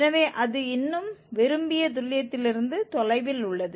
எனவே அது இன்னும் விரும்பிய துல்லியத்திலிருந்து தொலைவில் உள்ளது